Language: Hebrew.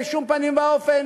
בשום פנים ואופן,